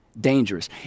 dangerous